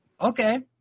Okay